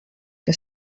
que